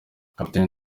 kapiteni